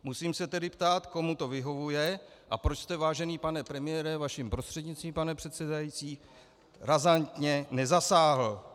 Musím se tedy ptát, komu to vyhovuje a proč jste, vážený pane premiére, vaším prostřednictvím, pane předsedající, razantně nezasáhl.